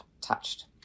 touched